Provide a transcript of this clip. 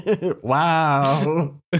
Wow